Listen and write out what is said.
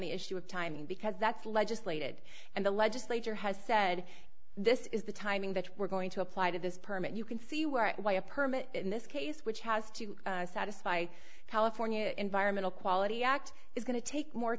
the issue of timing because that's legislated and the legislature has said this is the timing that we're going to apply to this permit you can see we're a permit in this case which has to satisfy california environmental quality act is going to take more